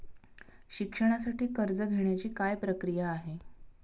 शिक्षणासाठी कर्ज घेण्याची काय प्रक्रिया आहे?